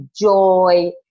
joy